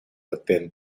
attend